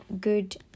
good